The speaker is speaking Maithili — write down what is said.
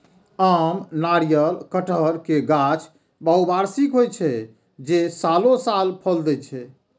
आम, नारियल, कहटर के गाछ बहुवार्षिक होइ छै, जे सालों साल फल दै छै